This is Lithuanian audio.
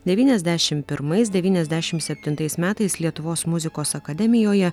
devyniasdešim pirmais devyniasdešim septintais metais lietuvos muzikos akademijoje